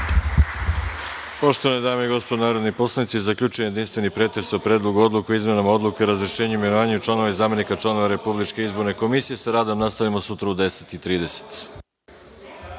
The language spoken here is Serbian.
dame i gospodo narodni poslanici, zaključujem jedinstveni pretres o Predlogu odluke o izmenama Odluke o razrešenju i imenovanju članova i zamenika članova Republičke izborne komisije. Sa radom nastavljamo sutra u 10.30